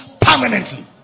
permanently